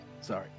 sorry